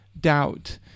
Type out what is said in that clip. doubt